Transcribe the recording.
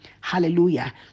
Hallelujah